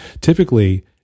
typically